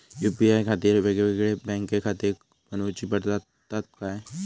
UPI खातीर येगयेगळे बँकखाते बनऊची पडतात काय?